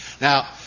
Now